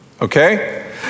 okay